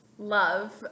love